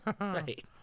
Right